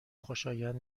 خوشایند